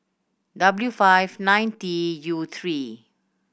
W five nine T U three